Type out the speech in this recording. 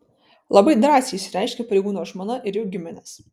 labai drąsiai išsireiškė pareigūno žmona ir jų giminės